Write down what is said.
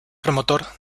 promotor